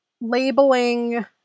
labeling